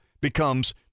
becomes